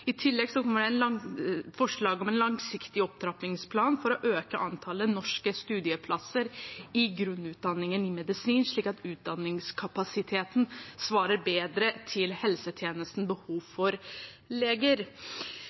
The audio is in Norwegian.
en langsiktig opptrappingsplan for å øke antallet norske studieplasser i grunnutdanningen i medisin, slik at utdanningskapasiteten svarer bedre til helsetjenestens behov for leger